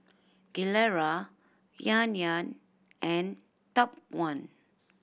Gilera Yan Yan and Top One